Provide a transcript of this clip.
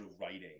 writing